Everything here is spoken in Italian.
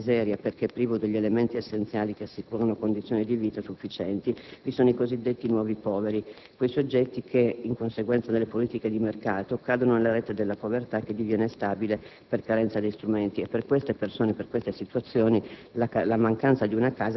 Accanto a chi vive in miseria, perché privo degli elementi essenziali che assicurino condizioni di vita sufficienti, vi sono cioè i cosiddetti nuovi poveri, quei soggetti che, in conseguenza delle politiche di mercato, cadono nella rete della povertà, che diviene stabile per carenza di strumenti. Per queste persone e per queste situazioni